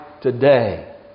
today